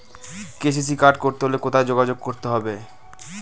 KCC card করতে হলে কোথায় যোগাযোগ করতে হবে?